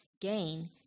gain